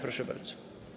Proszę bardzo.